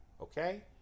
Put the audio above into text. Okay